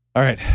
all right,